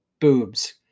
boobs